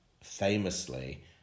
famously